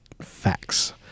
facts